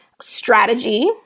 strategy